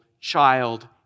child